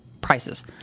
prices